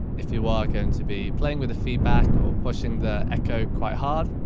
if you are going to be playing with the feedback, or pushing the echo quite hard.